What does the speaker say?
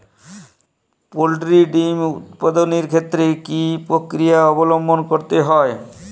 Poultry ডিম উৎপাদনের ক্ষেত্রে কি পক্রিয়া অবলম্বন করতে হয়?